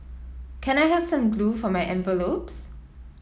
can I have some glue for my envelopes